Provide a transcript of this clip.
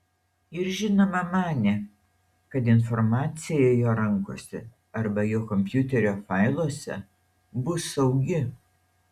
ir žinoma manė kad informacija jo rankose arba jo kompiuterio failuose bus saugi